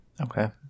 Okay